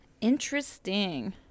Interesting